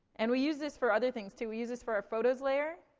and we use this for other things, too. we use this for our photos layer.